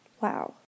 Wow